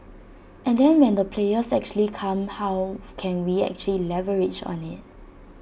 and then when the players actually come how can we actually leverage IT